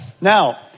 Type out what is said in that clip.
Now